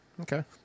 Okay